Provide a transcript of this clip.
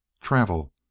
Travel